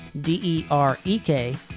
D-E-R-E-K